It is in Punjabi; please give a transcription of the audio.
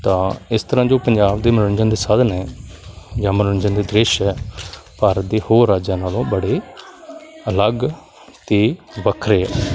ਤਾਂ ਇਸ ਤਰ੍ਹਾਂ ਜੋ ਪੰਜਾਬ ਦੇ ਮਨੋਰੰਜਨ ਦੇ ਸਾਧਨ ਹੈ ਜਾਂ ਮਨੋਰੰਜਨ ਦੇ ਦ੍ਰਿਸ਼ ਹੈ ਭਾਰਤ ਦੇ ਹੋਰ ਰਾਜਾਂ ਨਾਲੋਂ ਬੜੇ ਅਲੱਗ ਅਤੇ ਵੱਖਰੇ ਹੈ